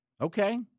Okay